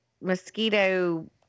mosquito